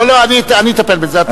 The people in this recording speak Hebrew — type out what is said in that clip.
אפשר, אני אטפל בזה.